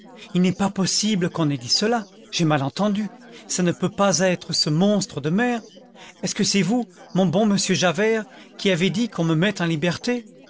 il n'est pas possible qu'on ait dit cela j'ai mal entendu ça ne peut pas être ce monstre de maire est-ce que c'est vous mon bon monsieur javert qui avez dit qu'on me mette en liberté